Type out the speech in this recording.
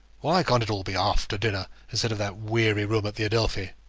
why can't it all be after-dinner, instead of that weary room at the adelphi?